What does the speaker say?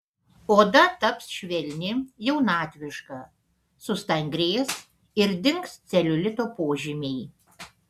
oda taps švelni jaunatviška sustangrės ir dings celiulito požymiai